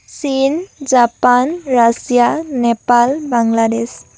চীন Japan Russia Nepal Bangladesh